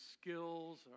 skills